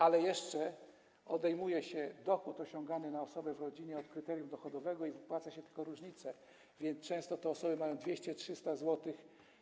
Ale jeszcze odejmuje się dochód osiągany na osobę w rodzinie od kryterium dochodowego i wypłaca się tylko różnicę, więc często te osoby mają 200, 300 zł.